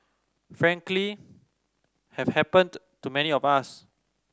frankly have happened to many of us